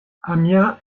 amiens